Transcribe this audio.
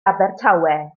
abertawe